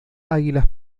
águilas